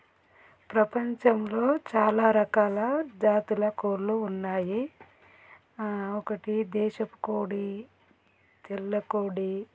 ప్రపంచంలో చాలా రకాల జాతుల కోళ్ళు ఉన్నాయి ఒకటి దేశపు కోడి తెల్ల కోడి